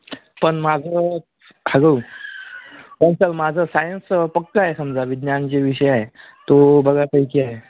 पन माज हॅलो पन सर माज सायन्स पक्कं आहे समजा विज्ञान जे विषय तो बऱ्यापैकी आय